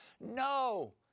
no